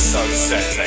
Sunset